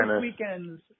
weekends